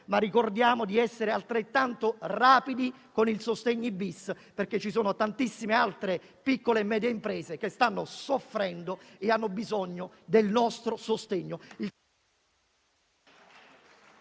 ma ricordiamo di essere altrettanto rapidi con il decreto sostegni-*bis* perché ci sono tantissime altre piccole e medie imprese che stanno soffrendo e hanno bisogno del nostro sostegno.